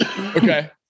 Okay